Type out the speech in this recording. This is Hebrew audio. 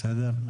בסדר?